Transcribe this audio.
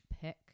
pick